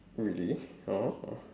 really oh